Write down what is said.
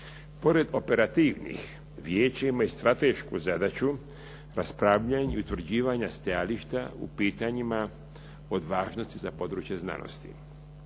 Pored operativnih, vijeće ima i stratešku zadaću raspravljanja i utvrđivanja stajališta u pitanjima od važnosti za područje znanosti.